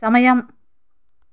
సమయం